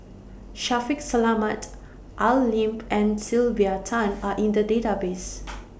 Shaffiq Selamat Al Lim and Sylvia Tan Are in The Database